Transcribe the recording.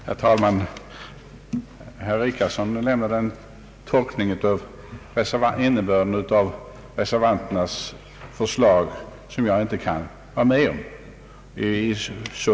Herr talman! Herr Richardson gav en tolkning av innebörden i reservanternas förslag som jag inte kan vara med om.